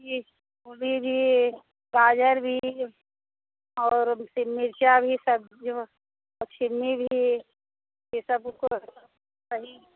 जी मूली भी गाजर भी और मिर्चा भी सब्ज़ी और भी